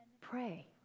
pray